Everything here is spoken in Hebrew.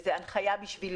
זו בעצם הנחיה בשבילו,